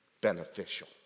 beneficial